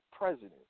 president